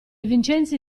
vincenzi